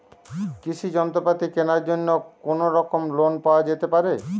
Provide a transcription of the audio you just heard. কৃষিযন্ত্রপাতি কেনার জন্য কোনোরকম লোন পাওয়া যেতে পারে?